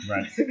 Right